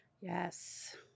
Yes